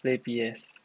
play P_S